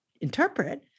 interpret